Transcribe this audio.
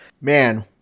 Man